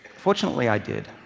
fortunately, i did.